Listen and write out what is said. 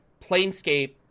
Planescape